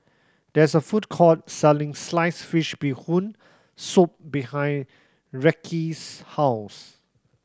there is a food court selling sliced fish Bee Hoon Soup behind Reece's house